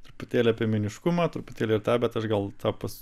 truputėlį apie meniškumą truputėlį tą bet aš gal pas